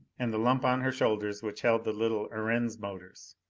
and the lump on her shoulders which held the little erentz motors.